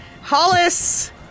Hollis